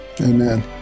Amen